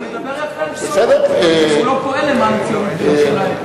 הוא מדבר יפה על ציונות אבל הוא לא פועל למען הציונות בירושלים.